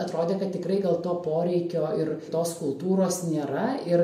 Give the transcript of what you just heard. atrodė kad tikrai gal to poreikio ir tos kultūros nėra ir